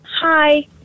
Hi